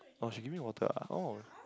orh she give me water ah oh